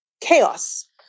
chaos